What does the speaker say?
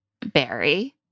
Barry